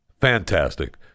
Fantastic